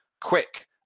quick